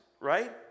right